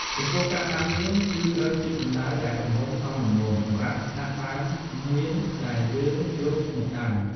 ចំពោះការដាំមៀន គឺត្រូវជីករណ្តៅដែលទំហំសមល្មមសម្រាប់ដាក់ដើមមានដែលយើងយកមកដាំ។